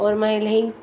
औरि मां इलाही